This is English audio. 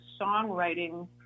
songwriting